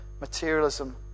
materialism